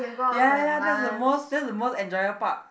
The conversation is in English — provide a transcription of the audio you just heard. ya ya ya that's the most that's the most enjoyable part